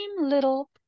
little